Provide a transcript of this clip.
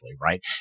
right